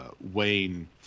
wayne